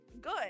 Good